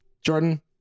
Jordan